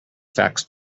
facts